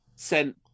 Sent